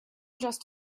just